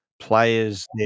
players